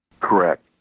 Correct